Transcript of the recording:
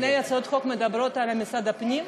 שתי הצעות החוק מדברות על משרד הפנים.